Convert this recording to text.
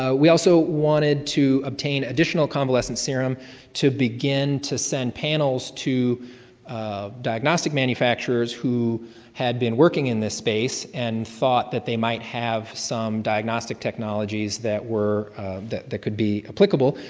ah we also wanted to obtain additional convalescent serum to begin to send panels to um diagnostic manufacturers who had been working in this space and thought that they might have some diagnostic technologies that were that that could be applicable,